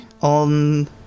On